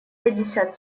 пятьдесят